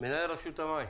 מנהל רשות המים,